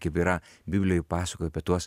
kaip yra biblijoj pasakoja apie tuos